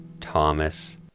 Thomas